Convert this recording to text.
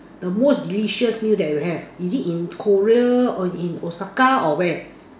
the most delicious meal that you have is it in Korea or in Osaka or where